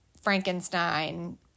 Frankenstein